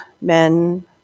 men